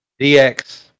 DX